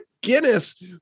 guinness